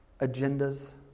Agendas